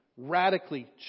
Radically